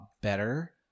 better